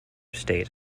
state